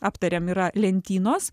aptarėm yra lentynos